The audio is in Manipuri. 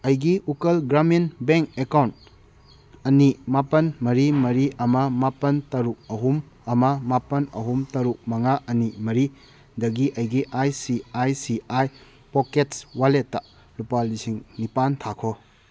ꯑꯩꯒꯤ ꯎꯠꯀꯜ ꯒ꯭ꯔꯥꯃꯤꯟ ꯕꯦꯡ ꯑꯦꯀꯥꯎꯟ ꯑꯅꯤ ꯃꯥꯄꯟ ꯃꯔꯤ ꯃꯔꯤ ꯑꯃ ꯃꯥꯄꯟ ꯇꯔꯨꯛ ꯑꯍꯨꯝ ꯑꯃ ꯃꯥꯄꯟ ꯑꯍꯨꯝ ꯇꯔꯨꯛ ꯃꯉꯥ ꯑꯅꯤ ꯃꯔꯤ ꯗꯒꯤ ꯑꯩꯒꯤ I C I C I pockets ꯋꯥꯂꯦꯠꯇ ꯂꯨꯄꯥ ꯂꯤꯁꯤꯡ ꯅꯤꯄꯥꯟ ꯊꯥꯈꯣ